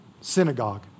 synagogue